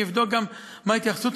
אני אבדוק גם מה ההתייחסות.